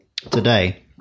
today